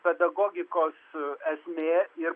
pedagogikos esmė ir